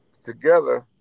together